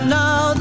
now